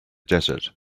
desert